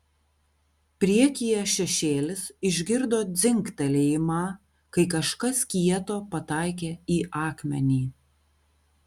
priekyje šešėlis išgirdo dzingtelėjimą kai kažkas kieto pataikė į akmenį